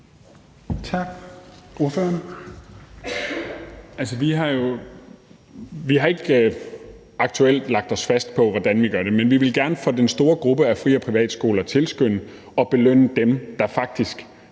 Tak, ordføreren. Kl. 15:59 Jens Joel (S): Vi har ikke aktuelt lagt os fast på, hvordan vi gør det, men vi vil gerne for den store gruppe af fri- og privatskolers vedkommende tilskynde til og belønne dem, der faktisk